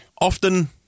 often